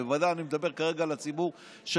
ובוודאי אני מדבר כרגע על הציבור שלנו,